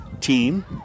team